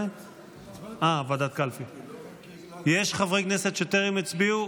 יש חברי כנסת שטרם הצביעו?